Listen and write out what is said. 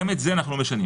גם את זה אנחנו לא משנים.